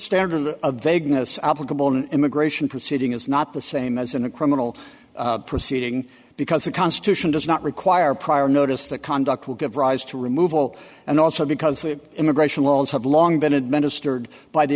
standard of vagueness applicable in immigration proceeding is not the same as in a criminal proceeding because the constitution does not require prior notice the conduct will give rise to removal and also because the immigration laws have long been administered by the